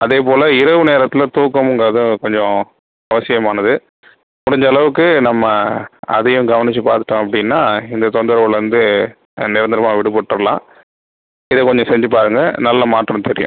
அதேபோல் இரவு நேரத்தில் தூக்கம்ங்கிறது கொஞ்சம் அவசியமானது முடிஞ்சளவுக்கு நம்ம அதையும் கவனித்து பார்த்துட்டோம் அப்படின்னா இந்த தொந்தரவுலேருந்து நிரந்தரமாக விடுபட்டுறலாம் இதை கொஞ்சம் செஞ்சு பாருங்கள் நல்ல மாற்றம் தெரியும்